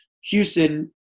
Houston